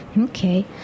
okay